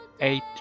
Eight